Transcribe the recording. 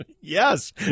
Yes